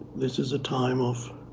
this is a time of